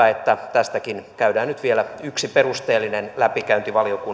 tästäkin on nyt vielä yksi perusteellinen läpikäynti valiokunnassa